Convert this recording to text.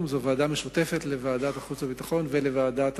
זו ועדה משותפת לוועדת החוץ והביטחון ולוועדת החוקה,